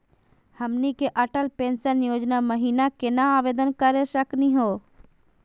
हमनी के अटल पेंसन योजना महिना केना आवेदन करे सकनी हो?